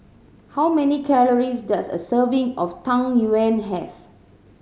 how many calories does a serving of Tang Yuen have